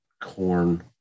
corn